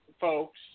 folks